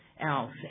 else